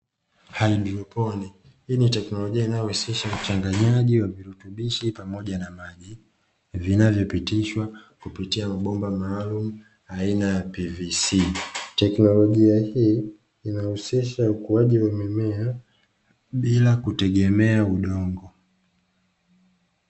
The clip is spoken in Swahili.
Haidroponi hii ni teknolojia inayohusisha uchanganyaji wa virutubishi pamoja na maji vinavyopitishwa kupitia mabomba maalumu aina ya "pivisi". Teknolojia hii inahusisha ukuaji wa mimea bila kutegemea udongo.